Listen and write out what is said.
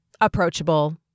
approachable